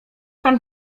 pan